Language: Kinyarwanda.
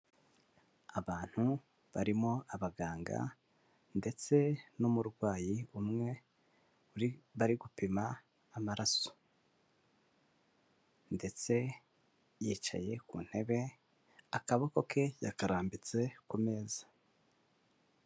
Abantu barimo abaganga ndetse n'umurwayi umwe bari gupima amaraso, ndetse yicaye ku ntebe akaboko ke yakarambitse ku meza.